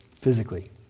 physically